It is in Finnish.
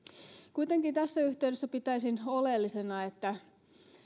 kuitenkin tässä yhteydessä pitäisin oleellisena että